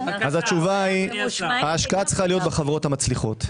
התשובה היא - ההשקעה צריכה להיות בחברת המצליחות.